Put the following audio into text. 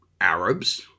Arabs